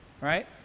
right